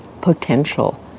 potential